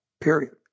period